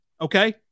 okay